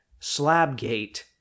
slabgate